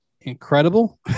incredible